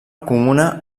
comuna